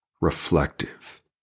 reflective